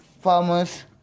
farmers